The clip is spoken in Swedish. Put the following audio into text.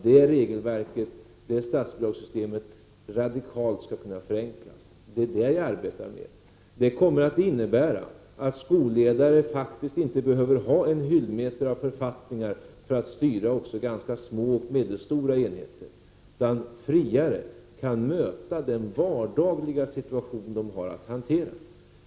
Det är det jag arbetar med. Det kommer att innebära att skolledare faktiskt inte behöver ha en hyllmeter av författningar för att styra också ganska små och medelstora enheter, utan de kan friare möta den vardagliga situation de har att hantera.